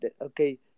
Okay